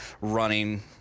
running